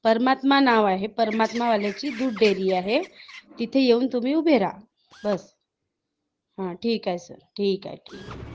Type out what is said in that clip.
परमात्मा नाव आहे परमात्मावाल्याची दूध डेअरी आहे तिथे येऊन तुम्ही उभे रहा बस हां ठीक आहे सर ठीक आहे ठीक आहे